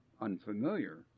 unfamiliar